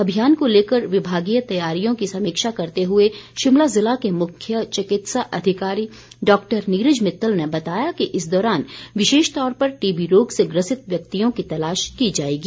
अभियान को लेकर विभागीय तैयारियों की समीक्षा करते हुए शिमला ज़िला के मुख्य चिकित्सा अधिकारी डॉक्टर नीरज मित्तल ने बताया कि इस दौरान विशेष तौर पर टीबी रोग से ग्रसित व्यक्तियों की तलाश की जाएगी